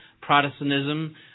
Protestantism